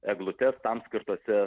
eglutes tam skirtose